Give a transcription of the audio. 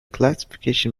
classification